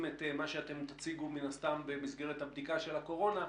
את מה שאתם תציגו מן הסתם במסגרת הבדיקה של הקורונה.